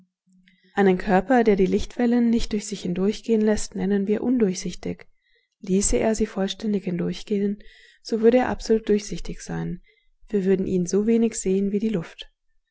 konstatieren einen körper der die lichtwellen nicht durch sich hindurchgehen läßt nennen wir undurchsichtig ließe er sie vollständig hindurchgehen so würde er absolut durchsichtig sein wir würden ihn so wenig sehen wie die luft